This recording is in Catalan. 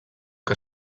que